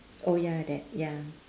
oh ya that ya